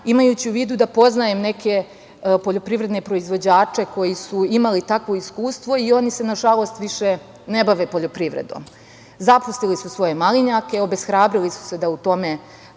imajući u vidu da poznajem neke poljoprivredne proizvođače koji su imali takvo iskustvo i oni se, nažalost, više ne bave poljoprivredom. Zapustili su svoje malinjake, obeshrabrili su se da u tome